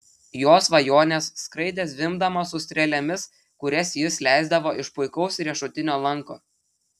jo svajonės skraidė zvimbdamos su strėlėmis kurias jis leisdavo iš puikaus riešutinio lanko